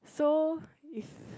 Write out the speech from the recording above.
so if